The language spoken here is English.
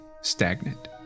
stagnant